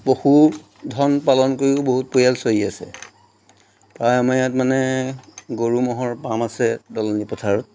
পশুধন পালন কৰিও বহুত পৰিয়াল চলি আছে আৰু আমাৰ ইয়াত মানে গৰু ম'হৰ পাম আছে দলনি পথাৰত